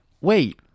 wait